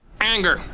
Anger